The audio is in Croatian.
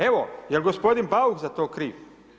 Evo, je li gospodin Bauk za to kriv?